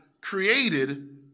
created